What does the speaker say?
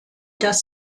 dass